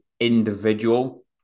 individual